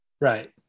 Right